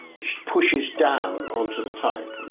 which pushes down onto the type.